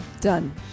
Done